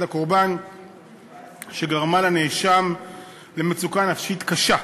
הקורבן שגרמה לנאשם למצוקה נפשית קשה.